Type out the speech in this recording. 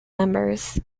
members